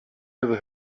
never